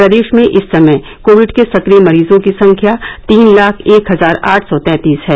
प्रदेश में इस समय कोविड के सक्रिय मरीजों की संख्या तीन लाख एक हजार आठ सौ तैंतीस है